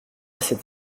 s’est